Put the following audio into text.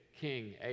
King